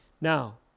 Now